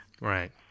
Right